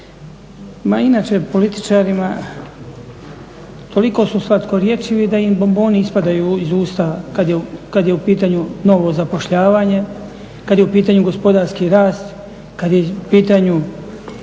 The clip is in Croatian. Ma inače političarima toliko su slatkorječivi da im bomboni ispadaju iz usta kad je u pitanju novo zapošljavanje, kad je u pitanju gospodarski rast, kad je u pitanju